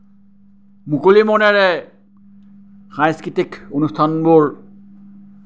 মুকলি মনেৰে সংস্কৃতিক অনুস্থানবোৰ